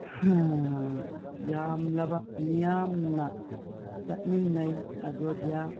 ꯌꯥꯝꯂꯕ ꯃꯤꯌꯥꯝꯅ ꯆꯠꯃꯤꯟꯅꯩ ꯑꯌꯣꯙ꯭ꯌꯥ